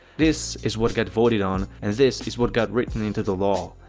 this is what got voted on, and this is what got written into the law.